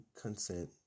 consent